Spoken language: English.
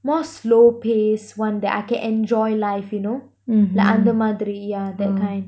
more slow paced [one] that I can enjoy life you know like அந்த மாதிரி:antha maathiri yeah that kind